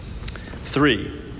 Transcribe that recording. Three